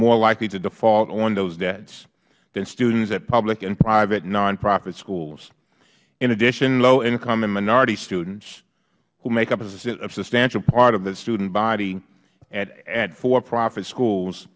more likely to default on those debts than students at public and private nonprofit schools in addition low income and minority students who make up a substantial part of the student body at for profit schools